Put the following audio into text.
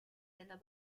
della